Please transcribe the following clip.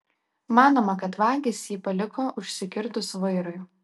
manoma kad vagys jį paliko užsikirtus vairui